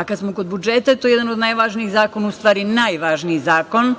A kad smo kod budžeta, to je jedan od najvažnijih zakona, u stvari, najvažniji zakon,